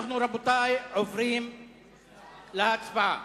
רבותי, אנחנו עוברים להצבעה.